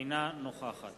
אינה נוכחת